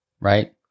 right